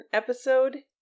episode